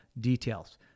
details